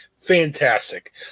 Fantastic